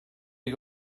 you